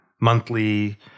monthly